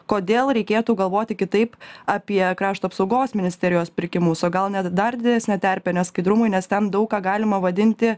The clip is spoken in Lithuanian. kodėl reikėtų galvoti kitaip apie krašto apsaugos ministerijos pirkimus o gal net dar didesnė terpė neskaidrumui nes ten daug ką galima vadinti